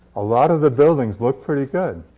a lot of the buildings looked pretty good.